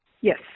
Yes